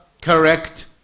Correct